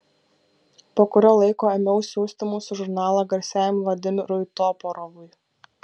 po kurio laiko ėmiau siųsti mūsų žurnalą garsiajam vladimirui toporovui